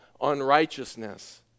unrighteousness